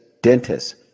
dentists